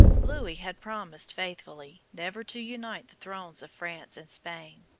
louis had promised faithfully never to unite the thrones of france and spain,